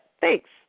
Thanks